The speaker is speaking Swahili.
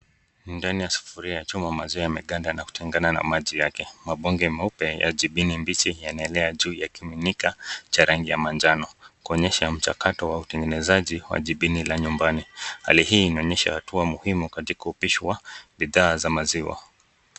Ndani ya sufuria inachomwa maziwa yameganda na kutengana na maji yake. Mabonge meupe ya jibini mbichi yanaelea juu yakimunika cha rangi ya manjano, kuonyesha mchakato wa utengenezaji wa jibini la nyumbani. Hali hii inaonyesha hatua muhimu katika upishi wa bidhaa za maziwa.